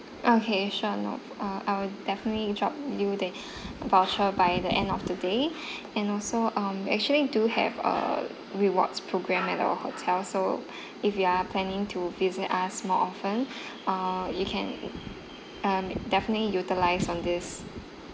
okay sure no uh I will definitely drop you the voucher by the end of the day and also um we actually do have a rewards programme at our hotel so if you are planning to visit us more often uh you can definitely um utilise on this